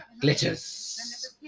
Glitters